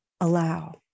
allow